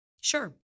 Sure